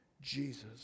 Jesus